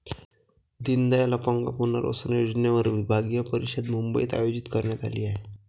दीनदयाल अपंग पुनर्वसन योजनेवर विभागीय परिषद मुंबईत आयोजित करण्यात आली आहे